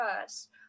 first